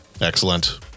Excellent